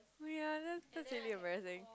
ya that's that's really embarrassing